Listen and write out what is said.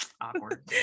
Awkward